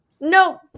no